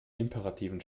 imperativen